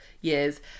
years